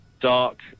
dark